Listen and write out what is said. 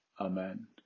Amen